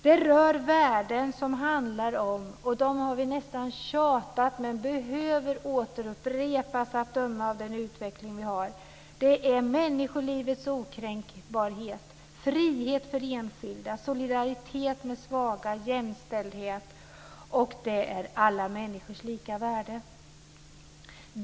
Det rör värden som handlar om - det har vi nästan tjatat om, men det behöver upprepas att döma av den utveckling vi har - människolivets okränkbarhet, frihet för enskilda, solidaritet med svaga, jämställdhet och alla människors lika värde.